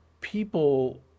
people